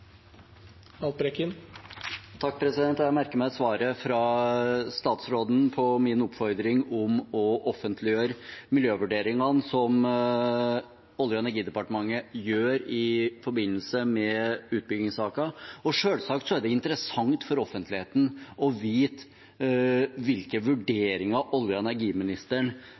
Jeg merket meg svaret fra statsråden på min oppfordring om å offentliggjøre miljøvurderingene som Olje- og energidepartementet gjør i forbindelse med utbyggingssaker. Selvsagt er det interessant for offentligheten å vite hvilke vurderinger olje- og energiministeren